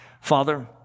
Father